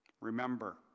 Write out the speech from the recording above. Remember